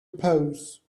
pose